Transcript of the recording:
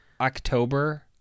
October